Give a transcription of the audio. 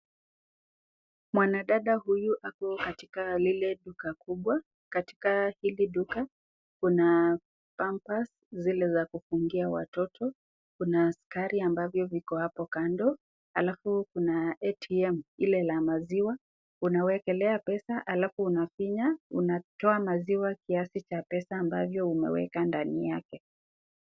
Mwanadada huyu ako katika lile duka kubwa, katika hili uka kuna pampers zile za kufungia watoto, kuna sukari ambavyo viko hapo kando na kuna ATM ile la maziwa, unawekelea pesa alafu unafinya, unatoa maziwa ya kiasi ambayo umeeka ndani yake.